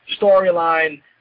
storyline